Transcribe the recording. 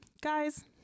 guys